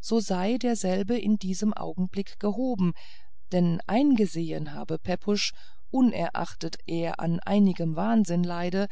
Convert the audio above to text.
so sei derselbe in diesem augenblick gehoben denn eingesehen habe pepusch unerachtet er an einigem wahnsinn leide